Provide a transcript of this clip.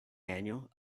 manual